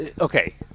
Okay